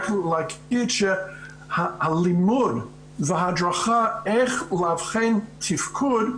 רק לומר שהלימוד וההדרכה איך לאבחן תפקוד,